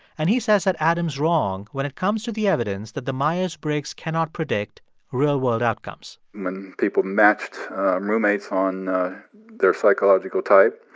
and he says that adam's wrong when it comes to the evidence that the myer-briggs cannot predict real world outcomes when people matched roommates on their psychological type,